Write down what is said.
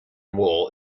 wool